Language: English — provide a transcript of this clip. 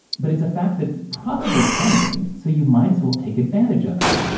but, it's a fact that's probably coming, so you might as well take advantage of it.